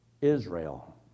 Israel